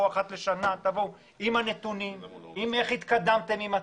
לבוא עם הנתונים ולדווח על התקדמות.